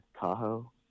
Tahoe